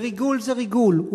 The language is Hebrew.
וריגול זה ריגול,